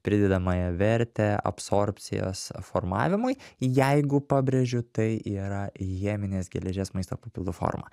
pridedamąją vertę absorbcijos formavimui jeigu pabrėžiu tai yra cheminės geležies maisto papildų forma